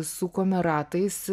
sukome ratais